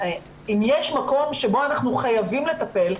יש מקום שבו אנחנו חייבים לטפל,